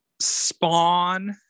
Spawn